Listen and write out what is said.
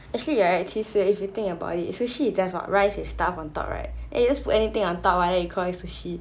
actually you are right 其实 if you think about it sushi is just about rice with stuff on top right and then you just put anything on top right then you call it sushi